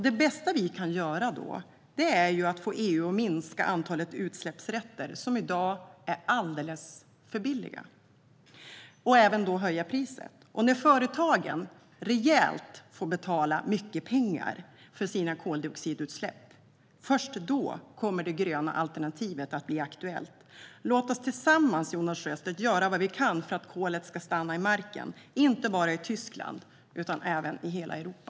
Det bästa vi då kan göra är att få EU att minska antalet utsläppsrätter, som i dag är alldeles för billiga - och även höja priset. Först när företagen får betala rejält mycket pengar för sina koldioxidutsläpp kommer det gröna alternativet att bli aktuellt. Låt oss tillsammans göra vad vi kan för att kolet ska stanna i marken, Jonas Sjöstedt - inte bara i Tyskland utan i hela Europa!